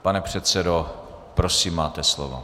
Pane předsedo, prosím, máte slovo.